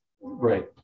Right